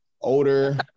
older